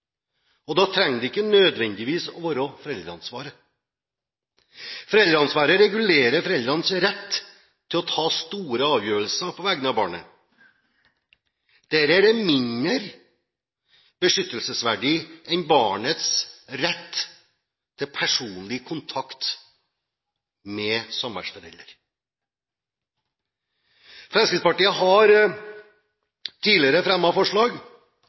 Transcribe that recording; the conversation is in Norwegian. og da trenger det ikke nødvendigvis være foreldreansvaret. Foreldreansvaret regulerer foreldrenes rett til å ta store avgjørelser på vegne av barnet, og dette er mindre beskyttelsesverdig enn barnets rett til personlig kontakt med samværsforelderen. Fremskrittspartiet har tidligere fremmet forslag